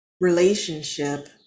relationship